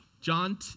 John